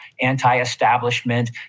anti-establishment